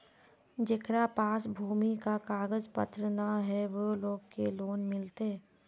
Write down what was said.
जेकरा पास भूमि का कागज पत्र न है वो लोग के लोन मिलते?